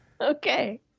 Okay